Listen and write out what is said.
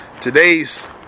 today's